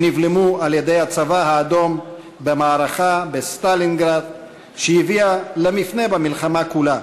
שנבלמו על-ידי הצבא האדום במערכה בסטלינגרד שהביאה למפנה במלחמה כולה,